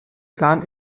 plan